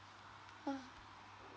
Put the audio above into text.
hmm